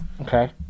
Okay